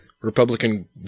Republican